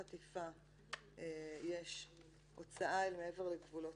עבירות חטיפה 370. "הוצאה אל מעבר לגבולות